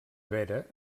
vera